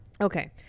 Okay